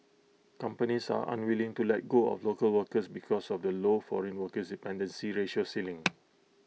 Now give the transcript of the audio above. companies are unwilling to let go of local workers because of the low foreign workers dependency ratio ceiling